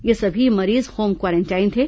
ये सभी मरीज होम क्वारेंटाइन थे